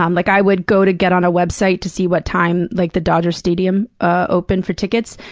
um like, i would go to get on a website to see what time, like, the dodgers' stadium ah opened for tickets,